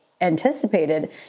anticipated